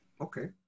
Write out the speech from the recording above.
Okay